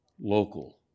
local